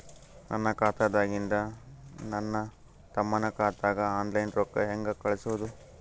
ನನ್ನ ಖಾತಾದಾಗಿಂದ ನನ್ನ ತಮ್ಮನ ಖಾತಾಗ ಆನ್ಲೈನ್ ರೊಕ್ಕ ಹೇಂಗ ಕಳಸೋದು?